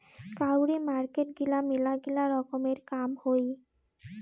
কাউরি মার্কেট গিলা মেলাগিলা রকমের কাম হই